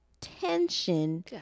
tension